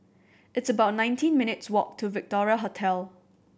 it's about nineteen minutes' walk to Victoria Hotel